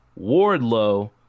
Wardlow